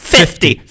Fifty